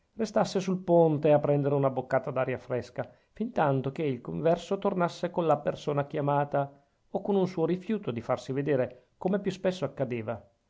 restasse sul ponte a prendere una boccata d'aria fresca fin tanto che il converso tornasse con la persona chiamata o con un suo rifiuto di farsi vedere come più spesso accadeva